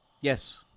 Yes